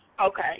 Okay